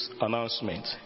announcement